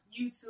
YouTube